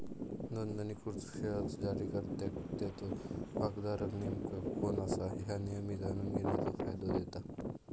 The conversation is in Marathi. नोंदणीकृत शेअर्स जारीकर्त्याक त्याचो भागधारक नेमका कोण असा ह्या नेहमी जाणून घेण्याचो फायदा देता